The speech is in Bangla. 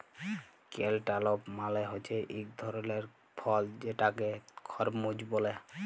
ক্যালটালপ মালে হছে ইক ধরলের ফল যেটাকে খরমুজ ব্যলে